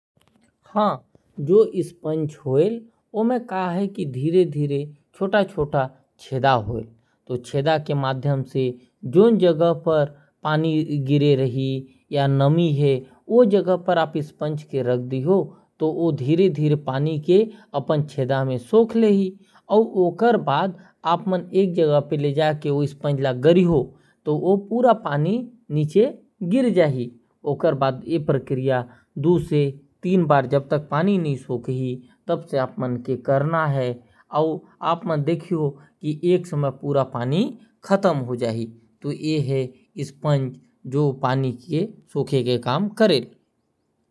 हां जो स्पंज होयल ओमे छोटा छोटा छेदा बने रहेल और जैसे ओला पानी जहां गिरे रही ओमे रखिया तो पानी ला सोख लेहएल। और ओकर बाद एक जगह में जा के स्पंज ल गार लहे से सारा पानी हर सुख जायल। कही गिला जगह ल सुखाए बर ये प्रक्रिया ला बार बार करे से पानी सोख लेही।